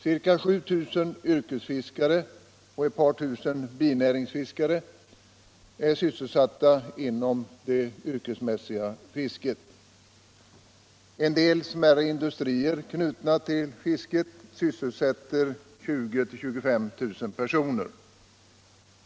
Ca 7000 yrkesfiskare och ett par tusen binäringsfiskare är sysselsatta inom det yrkesmässiga fisket. En del smärre industrier knutna till fisket sysselsätter 20 000-25 000 personer.